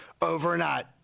overnight